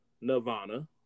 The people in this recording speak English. Nirvana